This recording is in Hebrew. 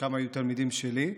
שחלקם היו תלמידים שלי.